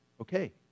okay